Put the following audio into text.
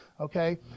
Okay